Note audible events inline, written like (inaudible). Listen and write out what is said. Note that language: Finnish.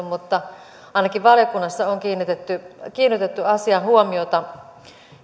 (unintelligible) mutta ainakin valiokunnassa on kiinnitetty kiinnitetty asiaan huomiota